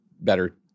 better